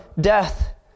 death